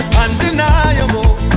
undeniable